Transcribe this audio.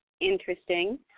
Interesting